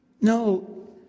No